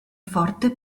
forte